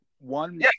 One